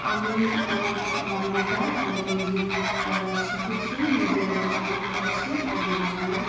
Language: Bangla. আমি আমার রান্নাটা আমি নিজে শিখেছি নিজের রান্না করছি আমার রান্না